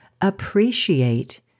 appreciate